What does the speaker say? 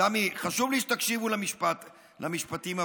סמי, חשוב לי שתקשיבו למשפטים הבאים,